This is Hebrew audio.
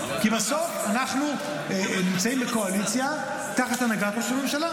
כי בסוף אנחנו נמצאים בקואליציה תחת הנהגת ראש הממשלה.